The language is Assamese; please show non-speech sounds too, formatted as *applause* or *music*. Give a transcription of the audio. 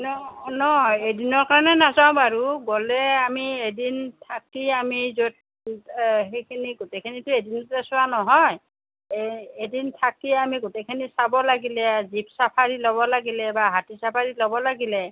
*unintelligible* ন এদিনৰ কাৰণে নাযাওঁ বাৰু গ'লে আমি এদিন থাকি আমি য'ত সেইখিনি গোটেইখিনিটো এদিনতে চোৱা নহয় এ এদিন থাকি আমি গোটেইখিনি চাব লাগিলে জিপ চাফাৰী ল'ব লাগিলে বা হাতী চাফাৰী ল'ব লগিলে